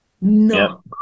No